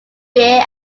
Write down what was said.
beer